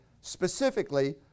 specifically